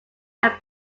are